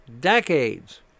decades